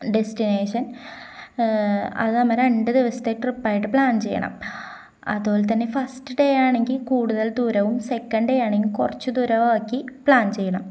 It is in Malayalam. ഡെസ്റ്റിനേഷൻ അതു നമ്മള് രണ്ടു ദിവസത്തെ ട്രിപ്പായിട്ട് പ്ലാൻ ചെയ്യണം അതുപോലെ തന്നെ ഫസ്റ്റ് ഡേ ആണെങ്കില് കൂടുതൽ ദൂരവും സെക്കൻഡ് ഡേ ആണെങ്കില് കുറച്ചു ദൂരവുമാക്കി പ്ലാൻ ചെയ്യണം